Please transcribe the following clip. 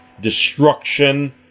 destruction